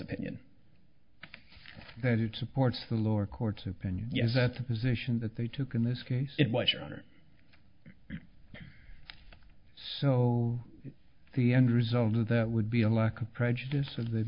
opinion that it supports the lower court's opinion is that the position that they took in this case it was your honor so the end result of that would be a lack of prejudice of the